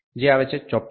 800 G3 54